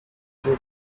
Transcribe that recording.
after